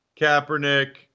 Kaepernick